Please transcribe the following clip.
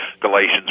Galatians